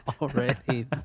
already